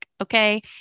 Okay